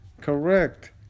Correct